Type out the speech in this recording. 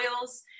oils